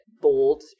bold